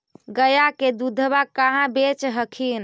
गया के दूधबा कहाँ बेच हखिन?